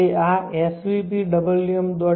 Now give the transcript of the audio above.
તે આ svpwm